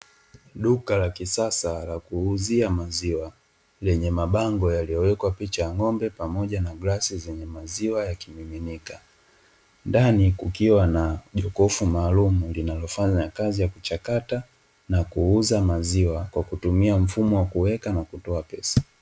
Duka la kisasa la kuuzia maziwa lenye mabango yaliyowekwa picha ya ng'ombe pamoja na vikombe vyenye maziwa yakimiminika. Ndani kukiwa na jokofu maalumu linalofanya kazi ya kuchakata na kuuza maziwa kwa kukutumia mfumo wa kuweka na kutoa pesa.